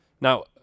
Now